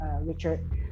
Richard